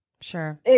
sure